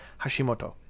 Hashimoto